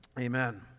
amen